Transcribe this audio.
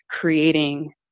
creating